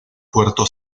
puerto